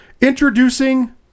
Introducing